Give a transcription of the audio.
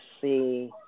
see